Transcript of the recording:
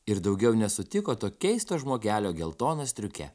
ir daugiau nesutiko to keisto žmogelio geltona striuke